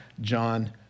John